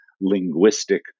linguistic